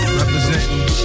representing